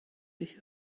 beth